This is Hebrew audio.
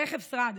רכב שרד,